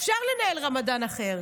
אפשר לנהל רמדאן אחר.